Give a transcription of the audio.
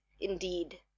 indeed